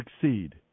succeed